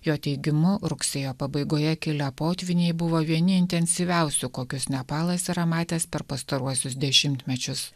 jo teigimu rugsėjo pabaigoje kilę potvyniai buvo vieni intensyviausių kokius nepalas yra matęs per pastaruosius dešimtmečius